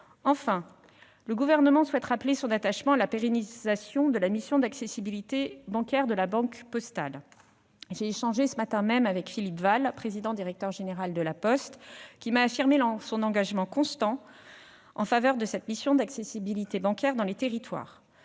Enfin, le Gouvernement souhaite rappeler son attachement à la pérennisation de la mission d'accessibilité bancaire de la Banque postale sur tout le territoire. J'ai échangé ce matin même avec Philippe Wahl, président-directeur général de La Poste, qui m'a affirmé son engagement constant en faveur de cette mission. Les engagements réciproques